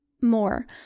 more